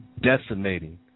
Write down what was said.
decimating